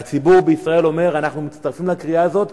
והציבור בישראל אומר: אנחנו מצטרפים לקריאה הזאת,